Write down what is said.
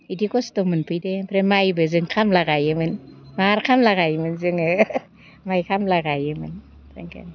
इदि खस्थ' मोनफैदो ओमफ्राय माइबो जों खामला गायोमोन मार खामला गायोमोन जोङो माइ खामला गायोमोन